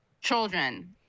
children